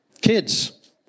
Kids